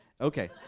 Okay